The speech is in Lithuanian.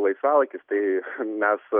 laisvalaikis tai mes